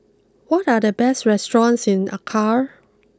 what are the best restaurants in Accra